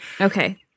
Okay